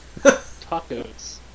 tacos